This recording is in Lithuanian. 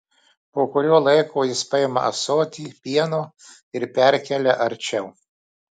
po kurio laiko jis paima ąsotį pieno ir perkelia arčiau